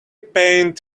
paint